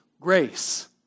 grace